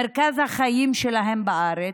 מרכז החיים שלהם בארץ.